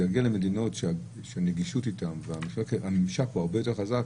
יגיע למדינות שהנגישות אליהן והממשק הוא הרבה יותר חזק,